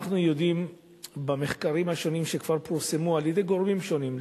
לפי המחקרים השונים שכבר פורסמו על-ידי גורמים שונים,